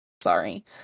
sorry